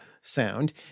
sound